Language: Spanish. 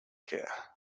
queda